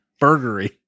Burgery